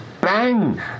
bang